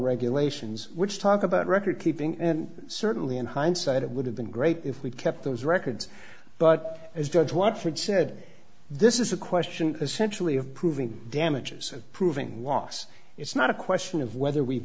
regulations which talk about record keeping and certainly in hindsight it would have been great if we kept those records but as judge what fred said this is a question essentially of proving damages of proving walks it's not a question of whether we